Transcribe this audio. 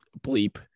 bleep